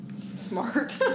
smart